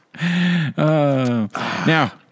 Now